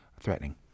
threatening